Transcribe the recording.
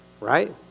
right